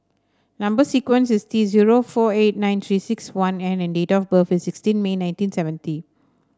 number sequence is T zero four eight nine Three six one N and date of birth is sixteen May nineteen seventy